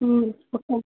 okay